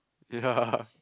ya